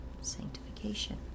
sanctification